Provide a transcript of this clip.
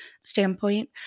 standpoint